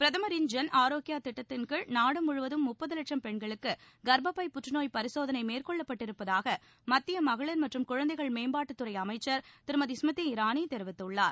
பிரதமரின் ஜன் ஆரோக்யா திட்டத்தின் கீழ் நாடு முழுவதம் முப்பது லட்சம் பெண்களுக்கு கர்ப்பப்பை புற்றநோய் பரிசோதனை மேற்கொள்ளப்பட்டிருப்பதாக மத்திய மகளிர் மற்றும் குழந்தைகள் மேம்பாட்டுத்துறை அமைச்சர் திருமதி ஸ்மிருதி இரானி தெரிவித்துள்ளார்